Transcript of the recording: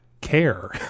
care